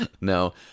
no